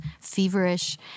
feverish